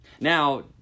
Now